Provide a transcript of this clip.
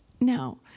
now